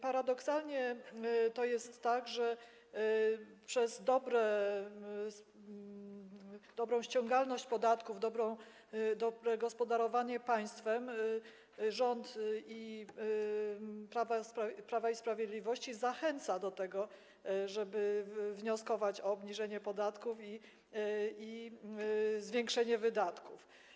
Paradoksalnie to jest tak, że przez dobrą ściągalność podatków, dobre gospodarowanie państwem rząd Prawa i Sprawiedliwości zachęca do tego, żeby wnioskować o obniżenie podatków i zwiększenie wydatków.